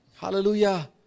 Hallelujah